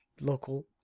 local